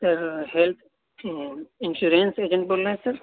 health insurance agent بول رہے ہیں سر